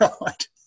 right